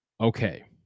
Okay